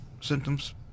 symptoms